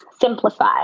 simplify